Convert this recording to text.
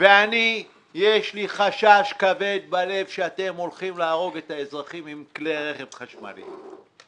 ויש לי חשש כבד בלב שאתם הולכים להרוג את האזרחים עם כלי רכב חשמליים.